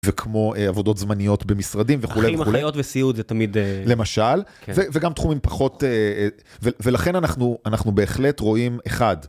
וכמו עבודות זמניות במשרדים וכולי וכולי. אחים, אחיות וסיעוד זה תמיד... למשל, וגם תחומים פחות... ולכן אנחנו בהחלט רואים: אחד.